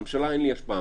על הממשלה אין לי השפעה,